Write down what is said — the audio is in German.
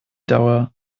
dauer